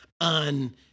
on